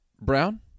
brown